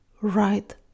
right